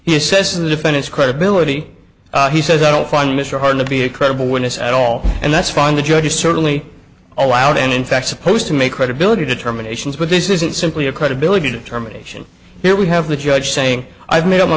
in the defendant's credibility he says i don't find mr hard to be a credible witness at all and that's fine the judge is certainly allowed and in fact supposed to make credibility determinations but this isn't simply a credibility determination here we have the judge saying i've made up my